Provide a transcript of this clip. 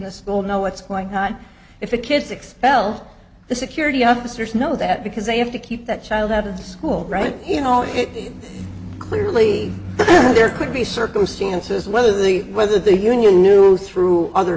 the school know what's going on if a kid's expel the security officers know that because they have to keep that child out of the school right you know it clearly there could be circumstances whether the whether the union knew through other